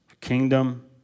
kingdom